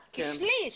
כשליש.